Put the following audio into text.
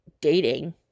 dating